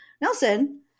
Nelson